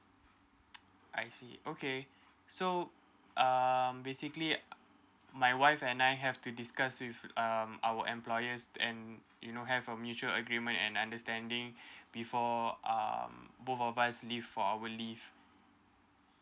I see okay so um basically my wife and I have to discuss with um our employers and you know have a mutual agreement and understanding before um both of us leave for our leave